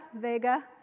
Vega